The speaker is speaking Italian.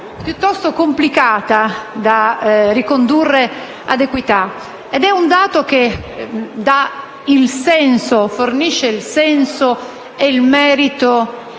piuttosto complicata da ricondurre ad equità ed è un dato che fornisce il senso e il merito